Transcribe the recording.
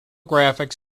graphics